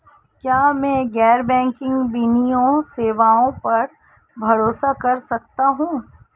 क्या मैं गैर बैंकिंग वित्तीय सेवाओं पर भरोसा कर सकता हूं?